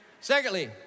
Secondly